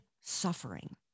suffering